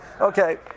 Okay